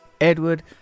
Edward